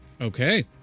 Okay